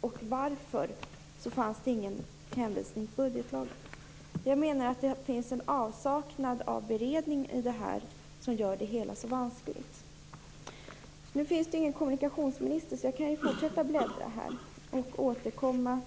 och varför fanns det ingen hänvisning till budgetlagen? Jag menar att det är avsaknaden av beredning som gör det hela så vanskligt.